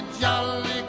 jolly